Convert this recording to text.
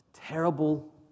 Terrible